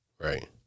right